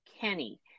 kenny